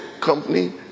company